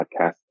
podcast